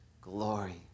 glory